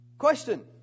question